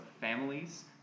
families